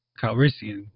Calrissian